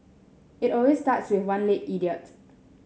it always starts with one late idiot